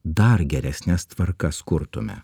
dar geresnes tvarkas kurtume